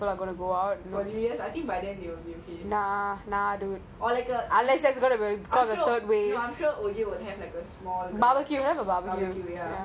I feel they will all out of with their friends I don't think they will be pattern for new years I think by then it will be okay